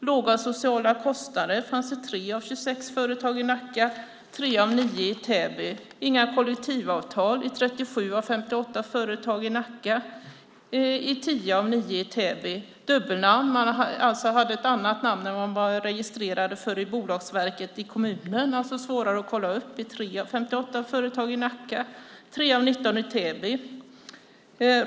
Låga sociala kostnader fanns i 3 av 26 företag i Nacka och i 3 av 9 i Täby. I 37 av 58 företag i Nacka fanns det inga kollektivavtal, och det var samma sak i 9 av 10 i Täby. Dubbelnamn, det vill säga att man har ett annat namn än vad man var registrerad som i bolagsverket i kommunen vilket innebär att man är svårare att kolla upp, fanns i 3 av 58 företag i Nacka och i 3 av 19 i Täby.